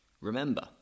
Remember